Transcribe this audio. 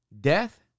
Death